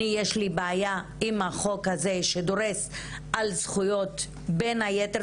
יש לי בעיה עם החוק הזה שדורס על זכויות בין היתר,